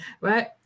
right